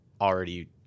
already